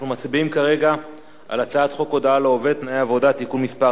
אנחנו מצביעים כרגע על הצעת חוק הודעה לעובד (תנאי עבודה) (תיקון מס'